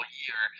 year